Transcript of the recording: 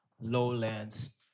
Lowlands